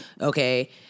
Okay